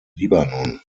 libanon